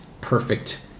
perfect